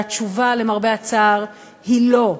והתשובה, למרבה הצער, היא לא.